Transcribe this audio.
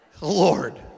Lord